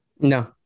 No